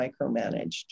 micromanaged